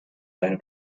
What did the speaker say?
seine